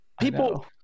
People